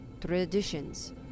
traditions